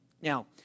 Now